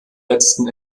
letzten